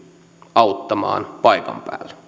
auttamaan paikan päällä